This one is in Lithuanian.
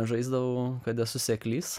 žaisdavau kad esu seklys